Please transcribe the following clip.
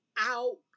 out